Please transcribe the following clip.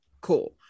cool